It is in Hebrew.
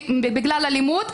בגלל אלימות,